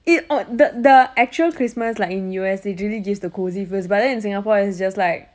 i~ o~ the the actual christmas in like in U_S it really gives the cosy feels but then in singapore it's just like